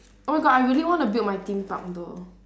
oh my god I really want to build my theme park though